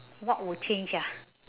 what would change ah